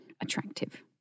attractive